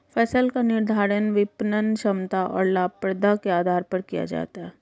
फसल का निर्धारण विपणन क्षमता और लाभप्रदता के आधार पर किया जाता है